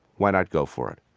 why not go for it?